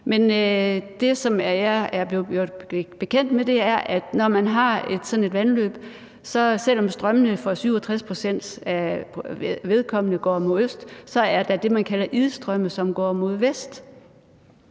men det, som jeg er blevet gjort bekendt med, er, at når man har sådan et vandløb, er der, selv om strømmene for 67 pct.s vedkommende går mod øst, det, man kalder idstrømme, som går mod vest,